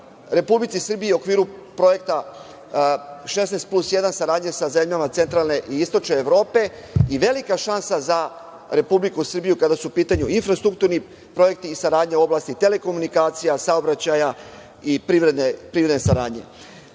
Republici Srbiji u okviru projekta 16+1, saradnja sa zemljama centralne i istočne Evrope, i velika šansa za Republiku Srbiju kada su u pitanju infrastrukturni projekti i saradnja u oblasti telekomunikacija, saobraćaja i privredne saradnje. Želim